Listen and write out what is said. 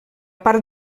part